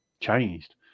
changed